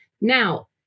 Now